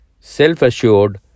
self-assured